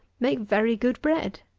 make very good bread.